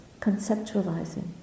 conceptualizing